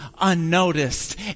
unnoticed